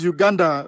Uganda